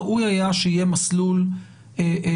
ראוי היה שיהיה מסלול פיצויים.